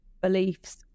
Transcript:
beliefs